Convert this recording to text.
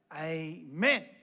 amen